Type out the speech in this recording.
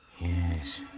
Yes